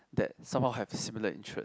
that somehow have similar interest